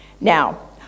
Now